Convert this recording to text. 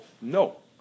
no